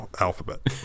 alphabet